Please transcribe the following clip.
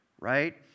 Right